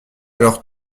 alors